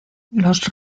los